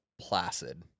placid